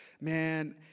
Man